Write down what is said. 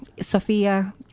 Sophia